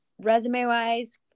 Resume-wise